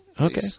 okay